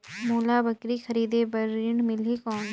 मोला बकरी खरीदे बार ऋण मिलही कौन?